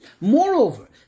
moreover